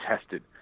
tested